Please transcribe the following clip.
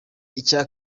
icya